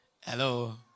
Hello